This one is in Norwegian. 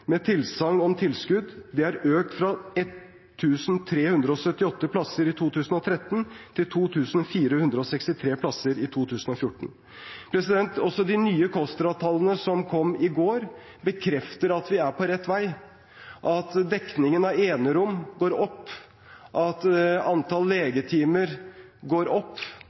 med tilsagn om tilskudd. Det er økt fra 1 378 plasser i 2013 til 2 463 plasser i 2014. Også de nye KOSTRA-tallene, som kom i går, bekrefter at vi er på rett vei, at dekningen av enerom går opp, at antall legetimer går opp,